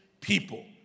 people